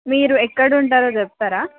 మీరు ఎక్కడ ఉంటారో చెప్తారా